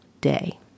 day